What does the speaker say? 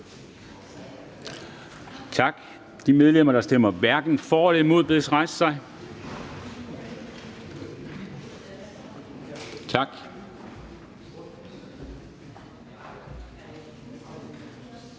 Tak. De medlemmer, der stemmer hverken for eller imod, bedes rejse sig. Tak.